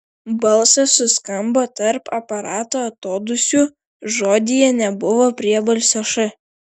balsas suskambo tarp aparato atodūsių žodyje nebuvo priebalsio š